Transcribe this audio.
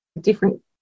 different